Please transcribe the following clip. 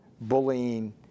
bullying